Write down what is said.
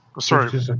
Sorry